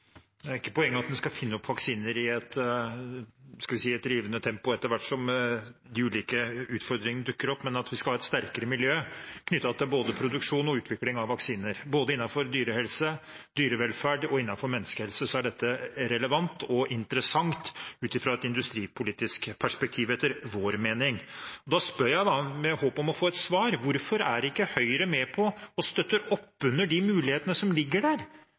er ikke at en skal finne opp vaksiner – skal vi si – i et rivende tempo etter hvert som de ulike utfordringene dukker opp, men at vi skal ha et sterkere miljø knyttet til både produksjon og utvikling av vaksiner. Både innenfor dyrehelse, dyrevelferd og menneskehelse er dette etter vår mening relevant og interessant ut fra et industripolitisk perspektiv. Da spør jeg, med håp om å få et svar: Hvorfor er ikke Høyre med på å støtte opp under de mulighetene som ligger der,